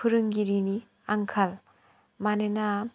फोरोंगिरिनि आंखाल मानोना